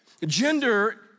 Gender